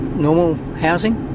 normal housing,